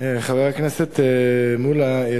חבר הכנסת מולה,